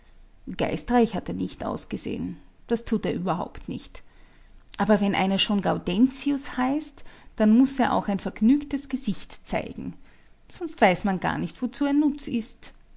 geistreich hat er nicht ausgesehen das tut er überhaupt nicht aber wenn einer schon gaudentius heißt dann muß er auch ein vergnügtes gesicht zeigen sonst weiß man gar nicht wozu er nutz ist